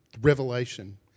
Revelation